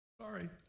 Sorry